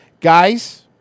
Guys